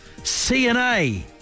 CNA